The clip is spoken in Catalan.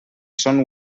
són